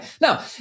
Now